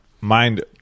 mind